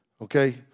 Okay